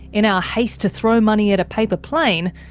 in our haste to throw money at a paper plane,